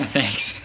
Thanks